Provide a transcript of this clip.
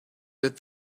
that